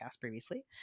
previously